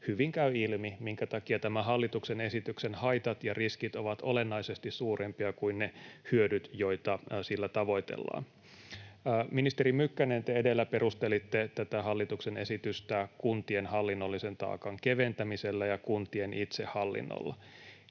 hyvin käy ilmi, minkä takia tämän hallituksen esityksen haitat ja riskit ovat olennaisesti suurempia kuin ne hyödyt, joita sillä tavoitellaan. Ministeri Mykkänen, te edellä perustelitte tätä hallituksen esitystä kuntien hallinnollisen taakan keventämisellä ja kuntien itsehallinnolla.